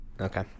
okay